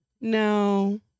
No